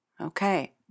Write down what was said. Okay